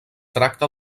tracta